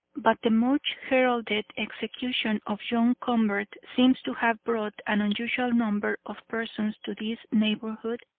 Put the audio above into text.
but the much heralded execution of john convert seems to have brought an unusual number of persons to this neighborhood,